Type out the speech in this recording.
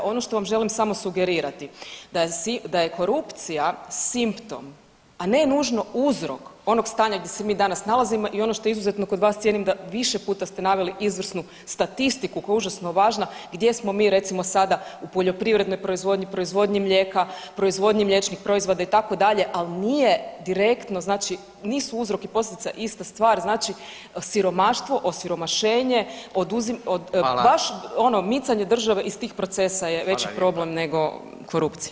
Ono što vam želim samo sugerirati da je korupcija simptom, a ne nužno uzrok onog stanja gdje se mi danas nalazimo i ono što izuzetno kod vas cijenim da više puta ste naveli izvrsnu statistiku koja je užasno važna gdje smo mi recimo sada u poljoprivrednoj proizvodnji, proizvodnji mlijeka, proizvodnji mliječnih proizvoda itd., al nije direktno, znači nisu uzrok i posljedica ista stvar, znači siromaštvo, osiromašenje, baš ono micanje države iz tih procesa je veći problem nego korupcija.